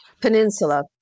peninsula